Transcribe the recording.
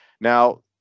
Now